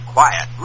Quiet